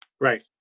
Right